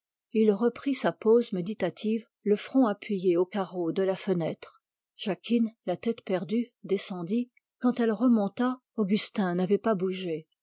il reprit sa pose méditative le front appuyé au carreau de la fenêtre quand jacquine remonta augustin n'avait pas bougé